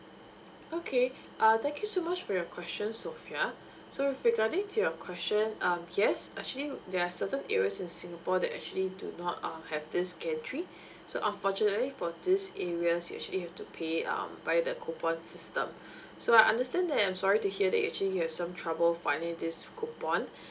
okay uh thank you so much for your question sofea so with regarding to your question um yes actually there are certain areas in singapore that actually do not um have this gantry so unfortunately for these areas you actually have to pay um by the coupon system so I understand that I'm sorry to hear that you actually have some trouble finding this coupon